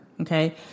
okay